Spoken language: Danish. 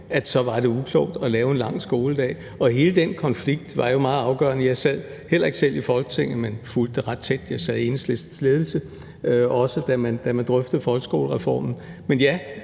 at så var det uklogt at lave en lang skoledag. Og hele den konflikt var jo meget afgørende. Jeg sad heller ikke selv i Folketinget, men fulgte det ret tæt – jeg sad i Enhedslistens ledelse, også da man drøftede folkeskolereformen. Men ja,